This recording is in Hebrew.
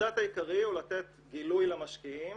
והמנדט העיקרי הוא לתת גילוי למשקיעים